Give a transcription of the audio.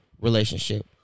relationship